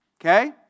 Okay